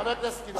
חבר הכנסת גילאון.